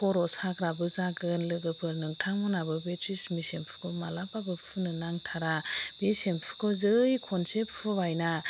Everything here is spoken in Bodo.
खर' साग्राबो जागोन लोगोफोर नोंथांमोनाबो बे ट्रेजेम्मे सेम्पुखौ मालाबाबो फुननो नांथारा बे सेम्पुखौ जै खनसे फुनबायना